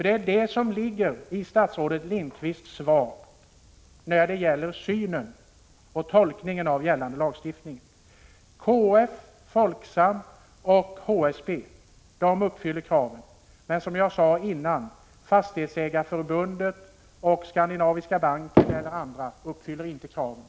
Det är detta som ligger i statsrådet Lindqvists svar när det gäller synen på och tolkningen av gällande lagstiftning. KF, Folksam och HSB uppfyller kraven, men, som jag sade förut, Fastighetsägareförbundet, Skandinaviska Enskilda Banken eller andra uppfyller inte kraven.